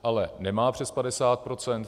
Ale nemá přes padesát procent.